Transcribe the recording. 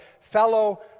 fellow